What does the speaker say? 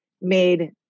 made